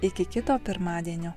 iki kito pirmadienio